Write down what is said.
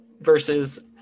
versus